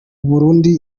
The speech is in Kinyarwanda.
burundi